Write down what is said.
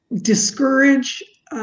discourage